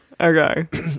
Okay